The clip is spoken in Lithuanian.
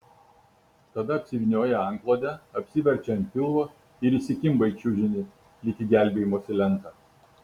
tada apsivynioja antklode apsiverčia ant pilvo ir įsikimba į čiužinį lyg į gelbėjimosi lentą